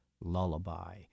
Lullaby